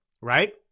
right